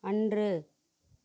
அன்று